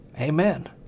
Amen